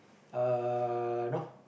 uh no